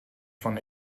von